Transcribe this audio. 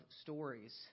stories